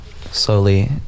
slowly